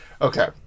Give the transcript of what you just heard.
Okay